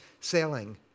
sailing